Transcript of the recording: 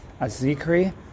Azikri